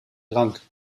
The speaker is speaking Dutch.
drank